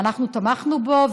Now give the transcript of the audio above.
ואנחנו תמכנו בו,